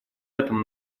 этом